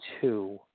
two